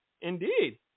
indeed